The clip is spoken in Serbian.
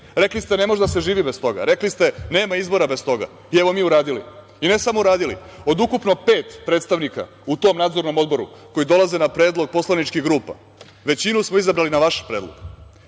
Rekli ste ne može da se živi bez toga. Rekli ste nema izbora bez toga. I, evo, mi uradi. I, ne samo uradili. Od ukupno pet predstavnika u tom Nadzornom odboru, koji dolaze na predlog poslaničkih grupa, većinu smo izabrali na vaš predlog.